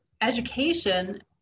education